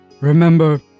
Remember